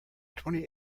twenty